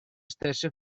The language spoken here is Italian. stesse